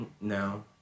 No